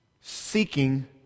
seeking